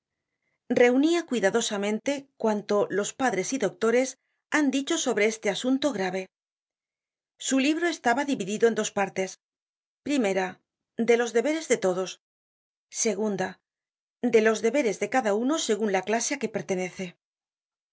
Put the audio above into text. reunia cuidadosamente cuanto los padres y doctores han dicho sobre este asunto grave su libro estaba dividido en dos partes primera de los deberes de todos segunda de los deberes de cada uno segun la clase á que pertenece